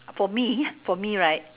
for me for me right